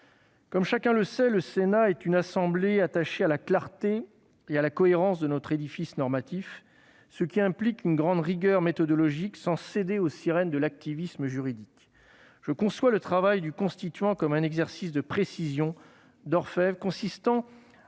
Comme chacun le sait, le Sénat est une assemblée attachée à la clarté et à la cohérence de notre édifice normatif, ce qui implique une grande rigueur méthodologique, sans céder aux sirènes de l'activisme juridique. Je conçois le travail du Constituant comme un exercice de précision, d'orfèvre, consistant à